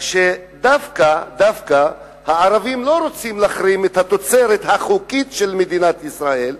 שדווקא הערבים לא רוצים להחרים את התוצרת החוקית של מדינת ישראל.